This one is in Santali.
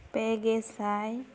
ᱯᱮ ᱜᱮᱥᱟᱭ